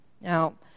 Now